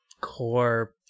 core